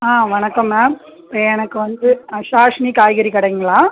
ஆ வணக்கம் மேம் எனக்கு வந்து ஷாஸ்னி காய்கறி கடைங்களா